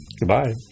Goodbye